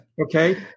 Okay